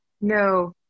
no